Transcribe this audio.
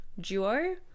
duo